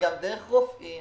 גם דרך רופאים